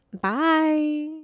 Bye